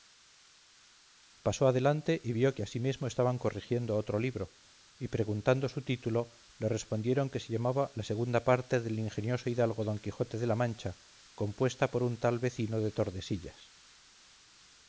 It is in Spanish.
pasó adelante y vio que asimesmo estaban corrigiendo otro libro y preguntando su título le respondieron que se llamaba la segunda parte del ingenioso hidalgo don quijote de la mancha compuesta por un tal vecino de tordesillas